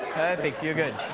perfect. you're good.